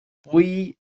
buí